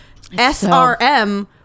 SRM